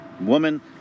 woman